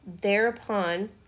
Thereupon